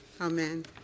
Amen